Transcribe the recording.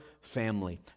family